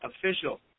official